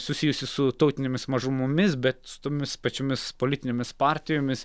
susijusi su tautinėmis mažumomis bet su tomis pačiomis politinėmis partijomis